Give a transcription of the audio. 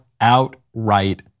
outright